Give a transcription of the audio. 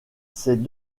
ses